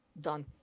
done